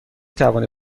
توانی